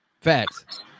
Facts